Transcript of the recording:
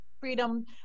Freedom